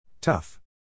Tough